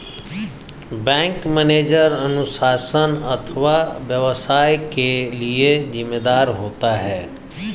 bank manager अनुशासन अथवा व्यवसाय के लिए जिम्मेदार होता है